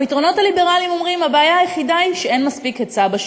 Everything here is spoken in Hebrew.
הפתרונות הליברליים אומרים: הבעיה היחידה היא שאין מספיק היצע בשוק.